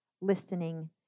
Listening